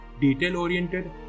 detail-oriented